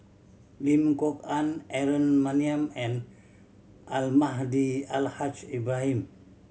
Lim Kok Ann Aaron Maniam and Almahdi Al Haj Ibrahim